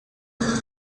perdone